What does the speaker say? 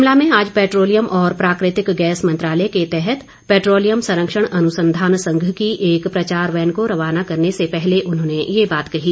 शिमला में आज पैट्रोलियम और प्राकृतिक गैस मंत्रालय के तहत पैट्रोलियम संरक्षण अनुसंधान संघ की एक प्रचार वैन को रवाना करने से पहले उन्होंने ये बात कही